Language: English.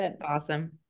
awesome